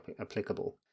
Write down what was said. applicable